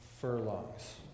furlongs